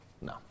No